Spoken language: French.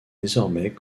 désormais